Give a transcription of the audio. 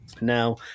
now